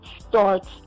starts